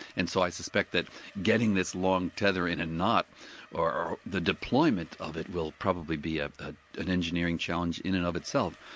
and so i suspect that getting this long tethering in knot, or the deployment of it will probably be ah ah an engineering challenge in and of itself.